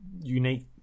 unique